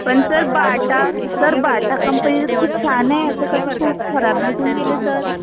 पण sir Bata sir Bata company तर खूप छान आहे असं कसं सूज खराब निघून गेले सर